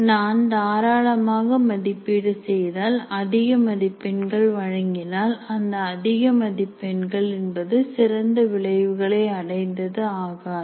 நான் தாராளமாக மதிப்பீடு செய்தால் அதிக மதிப்பெண்கள் வழங்கினால் அந்த அதிக மதிப்பெண்கள் என்பது சிறந்த விளைவுகளை அடைந்தது ஆகாது